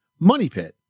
MONEYPIT